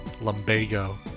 Lumbago